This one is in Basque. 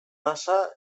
nasa